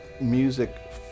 music